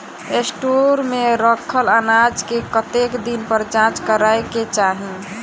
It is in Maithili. स्टोर मे रखल अनाज केँ कतेक दिन पर जाँच करै केँ चाहि?